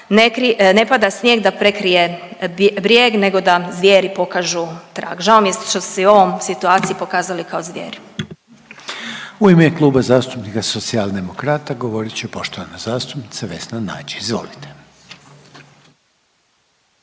ne pada snijeg da prekrije brijeg nego da zvijeri pokažu trag. Žao što ste se i u ovoj situaciji pokazali kao zvijeri. **Reiner, Željko (HDZ)** U ime Kluba zastupnika Socijaldemokrata govorit će poštovana zastupnica Vesna Nađ. Izvolite.